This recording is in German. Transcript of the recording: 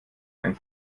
einen